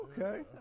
Okay